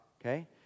okay